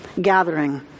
gathering